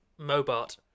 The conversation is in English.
mobart